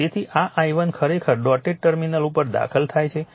તેથી આ i1 ખરેખર ડોટેડ ટર્મિનલ ઉપર દાખલ થાય છે